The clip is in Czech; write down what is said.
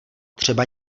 třeba